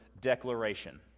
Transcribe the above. declaration